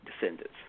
descendants